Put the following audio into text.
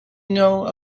know